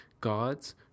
god's